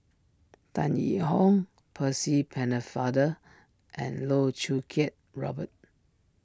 Tan Yee Hong Percy Pennefather and Loh Choo Kiat Robert